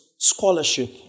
scholarship